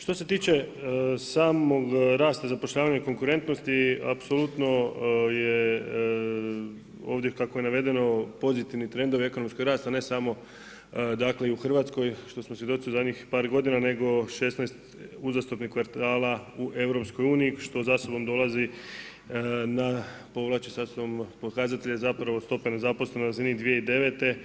Što se tiče, samog rasta zapošljavanja i konkurentnosti, apsolutno je ovdje kako je navedeno pozitivni trendovi ekonomskog rasta, a ne samo, dakle i u Hrvatskoj, što smo svjedoci u zadnjih par godina, nego 16 uzastopnih kvartala u EU, što za sobom dolazi na, povlači sa sobom, pokazatelje od stope nezaposlenosti za njih 2009.